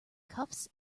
cuffs